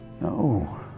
No